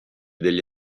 degli